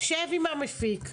שב עם המפיק,